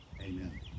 Amen